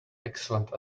excellent